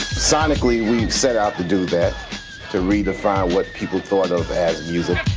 sonically, we set out to do that to redefine what people thought of as